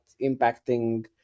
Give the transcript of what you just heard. impacting